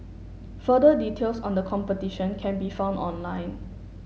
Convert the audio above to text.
further details on the competition can be found online